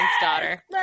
daughter